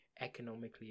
economically